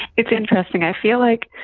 it's interesting. i feel like